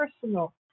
personal